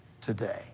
today